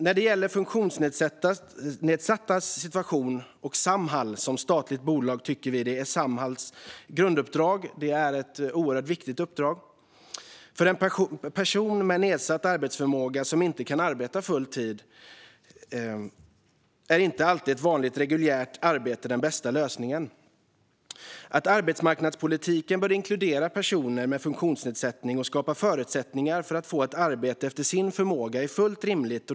När det gäller funktionsnedsattas situation och Samhall som statligt bolag tycker vi att Samhalls grunduppdrag är oerhört viktigt. För en person med nedsatt arbetsförmåga som inte kan arbeta full tid är inte alltid ett vanligt, reguljärt arbete den bästa lösningen. Att arbetsmarknadspolitiken bör inkludera personer med funktionsnedsättning och skapa förutsättningar för alla att få ett arbete efter förmåga är fullt rimligt.